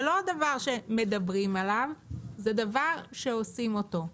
זה לא דבר שמדברים עליו, זה דבר שעושים אותו.